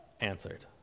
answered